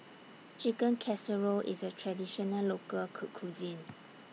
Chicken Casserole IS A Traditional Local Cuisine